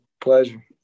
pleasure